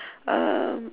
um